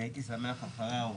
אני הייתי שמח אחרי האורחים.